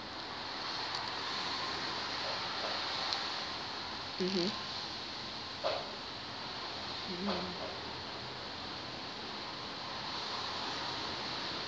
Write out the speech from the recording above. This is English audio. mmhmm